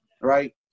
right